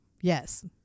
Yes